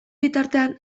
bitartean